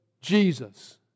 Jesus